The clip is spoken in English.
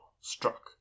struck